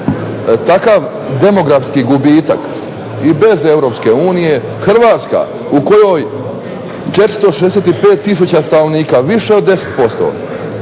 takav demografski gubitak i bez EU, Hrvatska u kojoj 465 tisuća stanovnika više od 10%